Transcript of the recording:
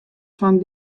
fan